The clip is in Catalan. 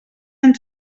ens